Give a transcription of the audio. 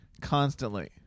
constantly